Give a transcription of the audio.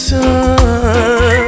Sun